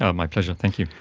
ah my pleasure, thank you.